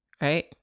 Right